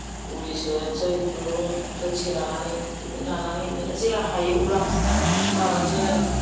गुलि सोनोसै दुरुं दोंसे लानानै बिदिनो लानानै बिदिनो जेला हायो अब्ला माबानोसै आरो